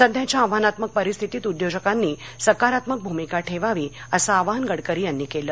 सध्याच्या आव्हानात्मक परिस्थितीत उद्योजकांनी सकारात्मक भूमिका ठेवावी असं आवाहन गडकरी यानी केलं